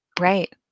Right